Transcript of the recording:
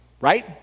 right